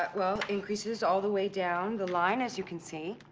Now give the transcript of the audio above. but well, increases all the way down the line, as you can see.